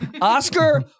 Oscar